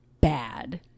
bad